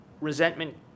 Resentment